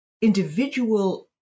individual